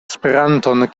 esperanton